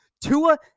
Tua